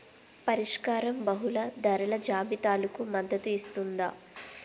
పరిష్కారం బహుళ ధరల జాబితాలకు మద్దతు ఇస్తుందా?